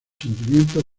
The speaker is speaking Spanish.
sentimientos